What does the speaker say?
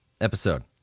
episode